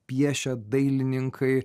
piešia dailininkai